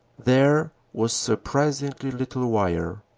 there was surprisingly little wire.